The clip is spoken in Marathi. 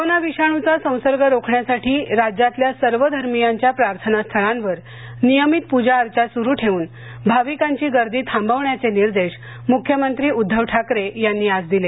कोरोना विषाणूचा संसर्ग रोखण्यासाठी राज्यातल्या सर्व धार्मियांच्या प्रार्थनास्थळांवर नियमित प्रजा अर्चा सुरु ठेवून भाविकांची गर्दी थांबविण्याचे निर्देश मुख्यमंत्री उद्धव ठाकरे यांनी आज दिले